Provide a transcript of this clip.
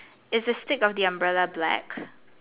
is the stick of the umbrella black